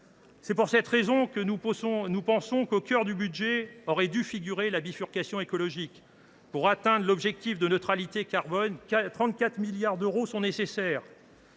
raison pour laquelle nous pensons qu’au cœur du budget aurait dû figurer la bifurcation écologique. Pour atteindre l’objectif de neutralité carbone, 34 milliards d’euros sont nécessaires